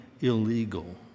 illegal